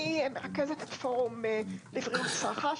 אני רכזת הפורום לבריאות-סאחה,